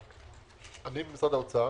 אני ממשרד האוצר,